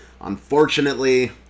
Unfortunately